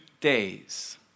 days